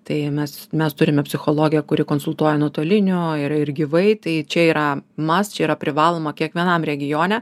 tai mes mes turime psichologę kuri konsultuoja nutoliniu ir ir gyvai tai čia yra mast čia yra privaloma kiekvienam regione